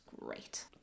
great